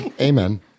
Amen